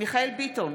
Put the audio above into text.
מיכאל מרדכי ביטון,